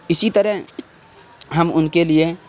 اسی طرح ہم ان کے لیے